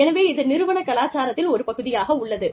எனவே இது நிறுவன கலாச்சாரத்தில் ஒரு பகுதியாக உள்ளது